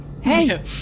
Hey